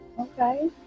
Okay